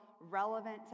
relevant